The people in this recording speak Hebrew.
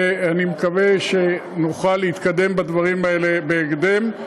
ואני מקווה שנוכל להתקדם בדברים האלה בהקדם.